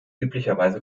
üblicherweise